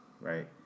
right